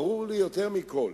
ברור לי יותר מכול